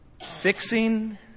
Fixing